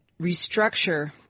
restructure